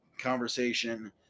conversation